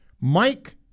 Mike